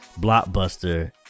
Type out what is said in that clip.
Blockbuster